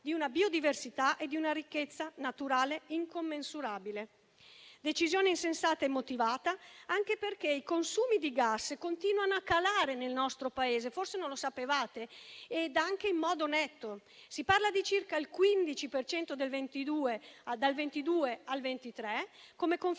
di una biodiversità e di una ricchezza naturale incommensurabile. È una decisione insensata e motivata, anche perché i consumi di gas continuano a calare nel nostro Paese - forse non lo sapevate - e anche in modo netto: si parla di circa il 15 per cento dal 2022 al 2023, come confermano